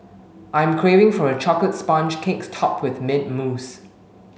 I am craving for a chocolate sponge cake topped with mint mousse